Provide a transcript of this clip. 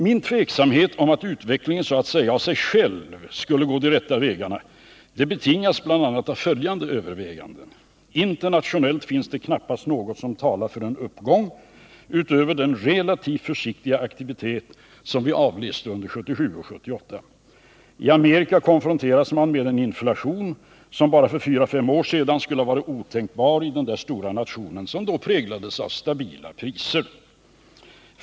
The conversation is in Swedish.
Min tveksamhet om att utvecklingen så att säga av sig själv skulle gå de rätta vägarna betingas bl.a. av följande överväganden: Internationellt finns det knappast något som talar för en uppgång utöver den relativt försiktiga aktivitet som vi avläste under 1977 och 1978. I Amerika konfronteras man med en inflation som bara för fyra fem år sedan skulle ha varit otänkbar i denna stora nation, som då präglades av stabila priser.